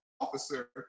officer